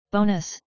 BONUS